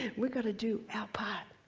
we got to do our part.